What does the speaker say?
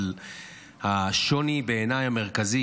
אבל השוני המרכזי בעיניי,